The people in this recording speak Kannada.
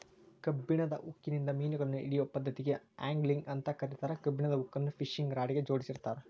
ಕಬ್ಬಣದ ಹುಕ್ಕಿನಿಂದ ಮಿನುಗಳನ್ನ ಹಿಡಿಯೋ ಪದ್ದತಿಗೆ ಆಂಗ್ಲಿಂಗ್ ಅಂತ ಕರೇತಾರ, ಕಬ್ಬಣದ ಹುಕ್ಕನ್ನ ಫಿಶಿಂಗ್ ರಾಡ್ ಗೆ ಜೋಡಿಸಿರ್ತಾರ